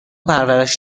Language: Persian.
پرورش